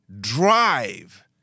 drive